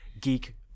geek